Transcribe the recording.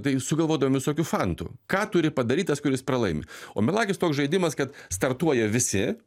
tai sugalvodavom visokių fantų ką turi padaryt tas kuris pralaimi o melagis toks žaidimas kad startuoja visi